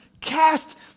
cast